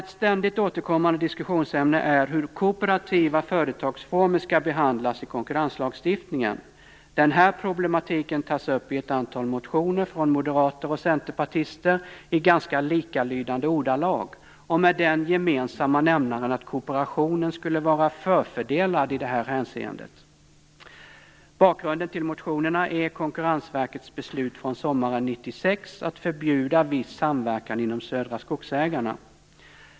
Ett ständigt återkommande diskussionsämne är hur kooperativa företagsformer skall behandlas i konkurrenslagstiftningen. Den här problematiken tas upp i ett antal motioner från moderater och centerpartister i ganska likalydande ordalag och med den gemensamma nämnaren att kooperationen skulle vara förfördelad i det här hänseendet. Bakgrunden till motionerna är Konkurrensverkets beslut från sommaren 1996 att förbjuda viss samverkan inom Södra Skogsägarna.